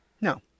No